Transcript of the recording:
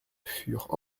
furent